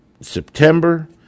September